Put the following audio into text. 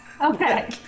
Okay